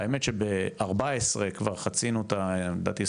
האמת שב-14 כבר חצינו את ה- לדעתי,